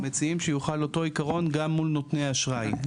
אנחנו מציעים שיוחל אותו עקרון גם מול נותני אשראי.